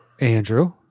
Andrew